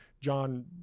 John